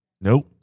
Nope